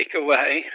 takeaway